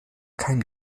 kein